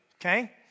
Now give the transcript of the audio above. Okay